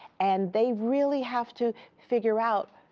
and they really have to figure out,